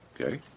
okay